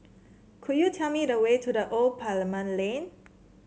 could you tell me the way to The Old Parliament Lane